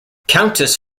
countess